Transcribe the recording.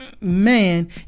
man